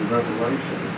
Revelation